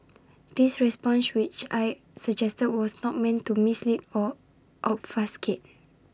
this response which I suggested was not meant to mislead or obfuscate